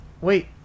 Wait